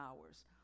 hours